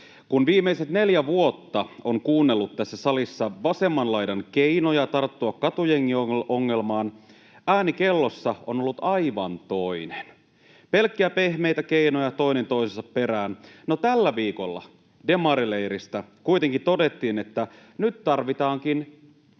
Kun viimeiset neljä vuotta on kuunnellut tässä salissa vasemman laidan keinoja tarttua katujengiongelmaan, ääni kellossa on ollut aivan toinen: pelkkiä pehmeitä keinoja toinen toisensa perään. No, tällä viikolla demarileiristä kuitenkin todettiin, että nyt tarvitaankin